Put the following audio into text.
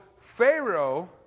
Pharaoh